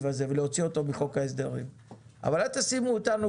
הזה ולהוציא אותו מחוק ההסדרים אבל אל תשימו אותנו